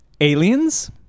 Aliens